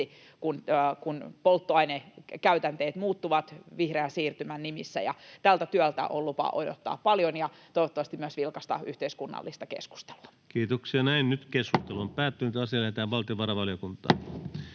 kun polttoainekäytänteet muuttuvat vihreän siirtymän nimissä. Tältä työltä on lupa odottaa paljon, toivottavasti myös vilkasta yhteiskunnallista keskustelua. 1 minuutti. Lähetekeskustelua varten esitellään